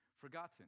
forgotten